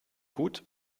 gut